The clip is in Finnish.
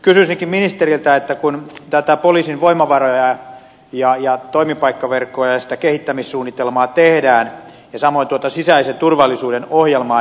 nyt kysyisinkin ministeriltä kun näitä poliisin voimavaroja ja toimipaikkaverkkoa ja sitä kehittämissuunnitelmaa tehdään ja samoin tuota sisäisen turvallisuuden ohjelmaa